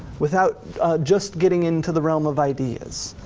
without just getting into the realm of ideas.